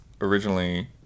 originally